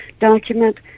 document